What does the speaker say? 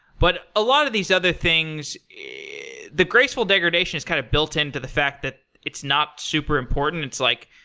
but a lot of these other things the graceful degradation is kind of built in to the fact that it's not super important. it's like,